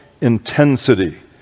intensity